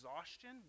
exhaustion